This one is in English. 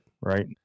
Right